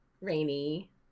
rainy